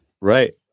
Right